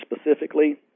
specifically